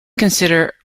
consider